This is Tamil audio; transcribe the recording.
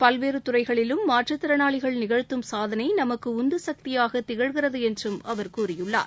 பல்வேறு துறைகளிலும் மாற்றுத்திறனாளிகள் நிகழ்த்தும் சாதனை நமக்கு உந்துசக்தியாக திகழ்கிறது என்றும் அவர் கூறியுள்ளார்